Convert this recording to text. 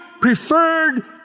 preferred